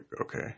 Okay